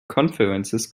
conferences